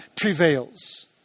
prevails